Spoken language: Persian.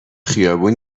خیابون